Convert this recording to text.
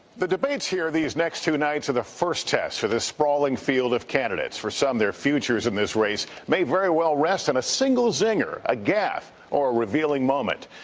the debates here these next two nights are the first test for the sprawling field of candidates. for some, their futures in this race may very well rest on and a single zinger, a gaffe, or a revealing moment.